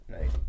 Right